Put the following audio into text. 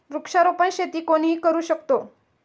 वृक्षारोपण शेती कोणीही करू शकतो